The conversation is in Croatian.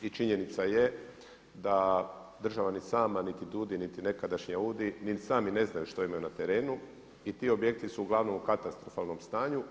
I činjenica je da država ni sama, niti DUUDI, niti nekadašnji AUDI ni sami ne znaju što imaju na terenu i ti objekti su uglavnom u katastrofalnom stanju.